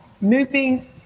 moving